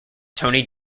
tony